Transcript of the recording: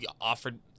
offered